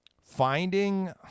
finding